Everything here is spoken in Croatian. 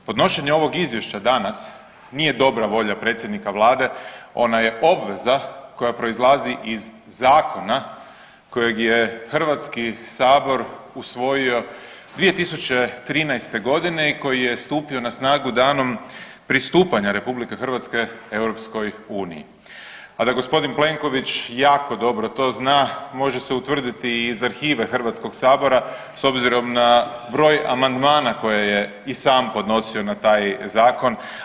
Podnošenje ovog izvješća danas nije dobra volja predsjednika Vlade, ona je obveza koja proizlazi iz zakona kojeg je Hrvatski sabor usvojio 2013. godine i koji je stupio na snagu danom pristupanja RH EU, a da gospodin Plenković jako dobro to zna može se utvrditi i iz arhive Hrvatskog sabora s obzirom na broj amandmana koje je i sam podnosio na taj zakon.